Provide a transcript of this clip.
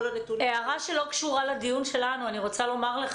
הערה שלא קשורה לדיון שלנו אני רוצה לומר לך,